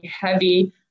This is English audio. heavy